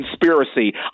conspiracy